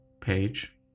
page